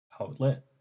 outlet